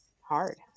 hard